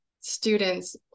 students